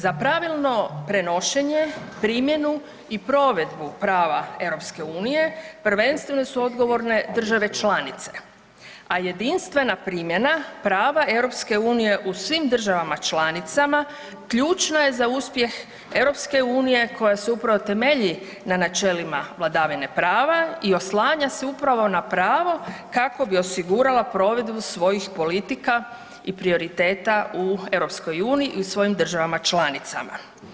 Za pravilno prenošenje, primjenu i provedbu prava EU prvenstveno su odgovorne države članice, a jedinstvena primjena prava EU u svim državama članicama ključna je za uspjeh EU koja se upravo temelji na načelima vladavine prava i oslanja se upravo na pravo kako bi osigurala provedbu svojih politika i prioriteta u EU i u svojim državama članicama.